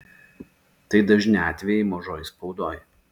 tai dažni atvejai mažoj spaudoj